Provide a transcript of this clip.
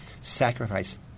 Sacrifice